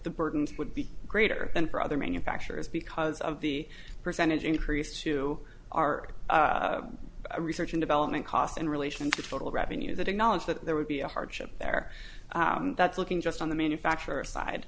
the burden would be greater than for other manufacturers because of the percentage increase to our research and development cost in relation to total revenue that acknowledge that there would be a hardship there that's looking just on the manufacturer side